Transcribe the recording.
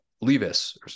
levis